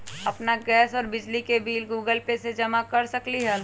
अपन गैस और बिजली के बिल गूगल पे से जमा कर सकलीहल?